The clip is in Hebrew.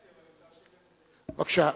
בבקשה,